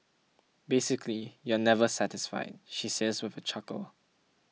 basically you're just never satisfied she says with a chuckle